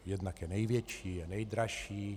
Jednak je největší, je nejdražší.